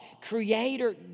Creator